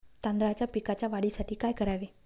तांदळाच्या पिकाच्या वाढीसाठी काय करावे?